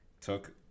took